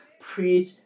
preach